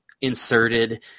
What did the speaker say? inserted